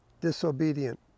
disobedient